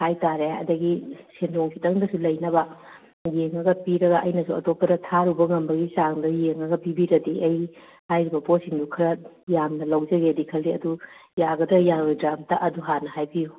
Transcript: ꯍꯥꯏꯇꯥꯔꯦ ꯑꯗꯒꯤ ꯁꯦꯟꯗꯣꯡ ꯈꯤꯇꯪꯗꯁꯨ ꯂꯩꯅꯕ ꯌꯦꯡꯉꯒ ꯄꯤꯔꯒ ꯑꯩꯅꯁꯨ ꯑꯇꯣꯞꯄꯗ ꯊꯥꯔꯨꯕ ꯉꯝꯕꯒꯤ ꯆꯥꯡꯗ ꯌꯦꯡꯉꯒ ꯄꯤꯕꯤꯔꯗꯤ ꯑꯩ ꯍꯥꯏꯔꯤꯕ ꯄꯣꯠꯁꯤꯡꯗꯨ ꯈꯔ ꯌꯥꯝꯅ ꯂꯧꯖꯒꯦꯗꯤ ꯈꯟꯖꯩ ꯑꯗꯨ ꯌꯥꯒꯗ꯭ꯔꯥ ꯌꯥꯔꯣꯏꯗ꯭ꯔꯥ ꯑꯝꯇ ꯑꯗꯨ ꯍꯥꯟꯅ ꯍꯥꯏꯕꯤꯌꯨ